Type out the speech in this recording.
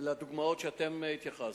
לדוגמאות שאתם התייחסתם: